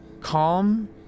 calm